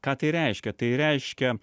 ką tai reiškia tai reiškia